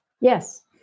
Yes